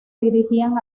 dirigían